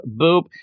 Boop